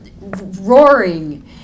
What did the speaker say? roaring